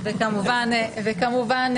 וכמובן,